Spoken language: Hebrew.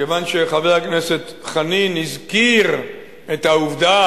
כיוון שחבר הכנסת חנין הזכיר את העובדה